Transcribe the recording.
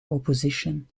opposition